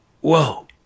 whoa